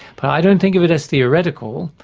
but i don't think of it as theoretical,